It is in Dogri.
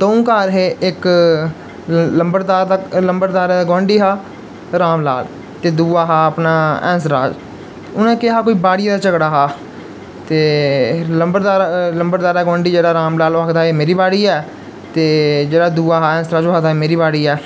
द'ऊं घर हे इक लम्बड़दार दा लम्बड़दार दा गुआंढी हा राम लाल दे दूआ हा अपना हैंस राज उ'नें केह् हा कोई बाड़ियै दा झगड़ा हा ते लम्बड़दारै लम्बड़दारै दा गुआंढी जेह्ड़ा राम लाल ओह् आखदा एह् मेरी बाड़ी ऐ ते जेह्ड़ा दूआ हा हसं राज ओह् आखदा एह् मेरी बाड़ी ऐ